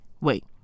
wait